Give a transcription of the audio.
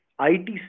ITC